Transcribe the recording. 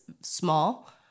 small